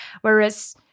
Whereas